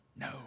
No